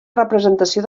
representació